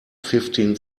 fifteen